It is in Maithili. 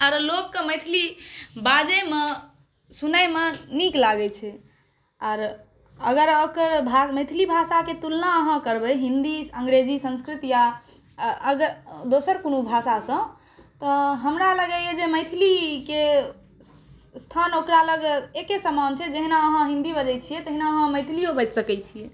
आ लोकक मैथिली बाजै म सुनै म नीक लागै छै आर अगर मैथिली भाषाक तुलना अहाँ करबय हिन्दी अंग्रेजी संस्कृत या अग दोसर कोनो भाषासँ तऽ हमरा लगैय जे मैथिलीक स्थान ओकरा लग एके समान छै जहिना अहाँ हिंदी बजय छिय तहिना अहाँ मैथिलीयो बाजि सकय छिय